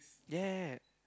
ya